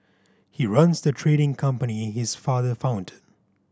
he runs the trading company his father founded